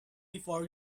before